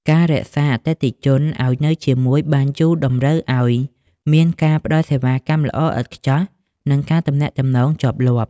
ការ រក្សាអតិថិជន ឱ្យនៅជាមួយបានយូរតម្រូវឱ្យមានការផ្តល់សេវាកម្មល្អឥតខ្ចោះ និងការទំនាក់ទំនងជាប់លាប់។